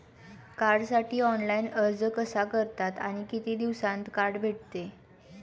कार्डसाठी ऑनलाइन अर्ज कसा करतात आणि किती दिवसांत कार्ड भेटते?